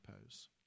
pose